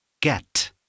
get